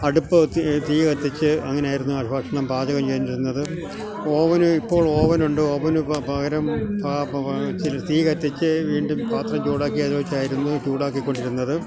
അട്പ്പ് തീ തീ കത്തിച്ച് അങ്ങനായിരുന്നു അത് ഭക്ഷണം പാചകം ചെയ്തോണ്ടിരുന്നത് ഓവന് ഇപ്പോള് ഓവനൊണ്ട് ഓവനിപ്പം പകരം ചില തീ കത്തിച്ച് വീണ്ടും പാത്രം ചൂടാക്കി അത് വെച്ചായിരുന്നു ചൂടാക്കിക്കൊണ്ടിരിന്നത്